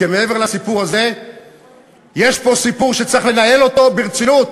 כי מעבר לסיפור הזה יש פה סיפור שצריך לנהל אותו ברצינות,